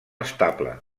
estable